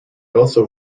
also